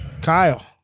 Kyle